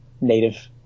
Native